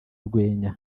urwenya